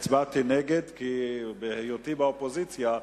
הצבעתי נגד, כי בהיותי באופוזיציה,